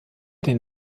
den